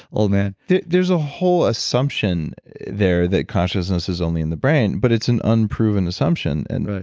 old man there's a whole assumption there that consciousness is only in the brain but it's an unproven assumption. and but